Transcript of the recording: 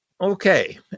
Okay